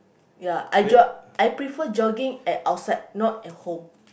ya I jog I prefer jogging at outside not at home